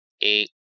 Eight